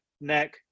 neck